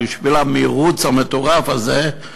ובשביל המירוץ המטורף הזה,